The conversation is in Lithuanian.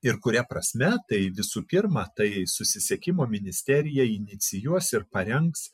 ir kuria prasme tai visų pirma tai susisiekimo ministerija inicijuos ir parengs